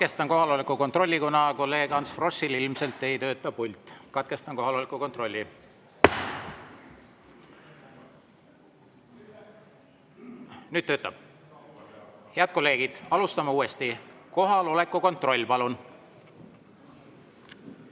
Katkestan kohaloleku kontrolli, kuna kolleeg Ants Froschil ilmselt ei tööta pult. Katkestan kohaloleku kontrolli. Nüüd töötab. Head kolleegid, alustame uuesti. Kohaloleku kontroll, palun!